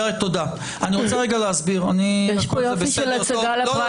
אני רוצה להסביר משהו.